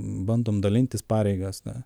bandom dalintis pareigas na